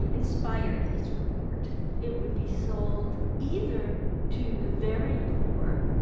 inspired this report it would be sold either to the very poor,